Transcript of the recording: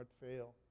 fail